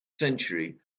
century